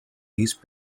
ease